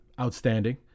outstanding